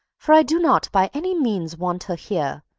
for i do not by any means want her here.